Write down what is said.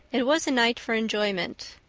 it was a night for enjoyment.